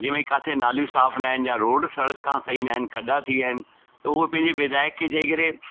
जीअं भई काथे नालियूं साफ़ु न आहिनि जा रोड सड़का सही न आहिनि खॾो थी विया आहिनि त हू पंहिंजे विधायक खे चई करे